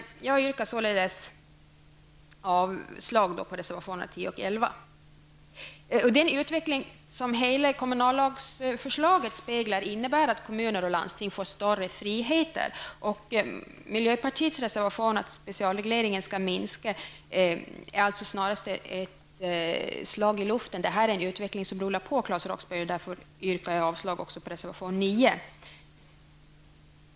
Jag yrkar således avslag på reservationerna 10 och 11. Hela kommunallagsförslaget speglar en utveckling som innebär att kommuner och landsting får större friheter. Miljöpartiets reservation om att specialregleringen skall minskas är alltså snarast ett slag i luften. Utvecklingen rullar på. Därför yrkar jag avslag på reservation 9.